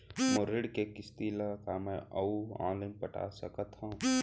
मोर ऋण के किसती ला का मैं अऊ लाइन पटा सकत हव?